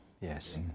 Yes